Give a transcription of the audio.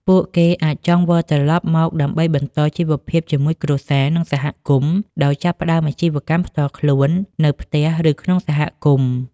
ពួកគេអាចចង់វិលត្រឡប់មកដើម្បីបន្តជីវភាពជាមួយគ្រួសារ និងសហគមន៍ ដោយចាប់ផ្តើមអាជីវកម្មផ្ទាល់ខ្លួននៅផ្ទះឬក្នុងសហគមន៍។